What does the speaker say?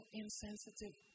insensitive